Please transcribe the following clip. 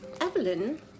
Evelyn